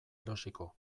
erosiko